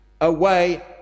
away